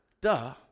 duh